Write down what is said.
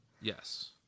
Yes